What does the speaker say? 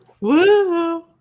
woo